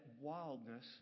wildness